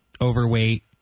overweight